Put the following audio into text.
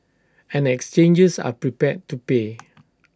and exchanges are prepared to pay